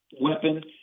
weapon